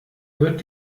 wird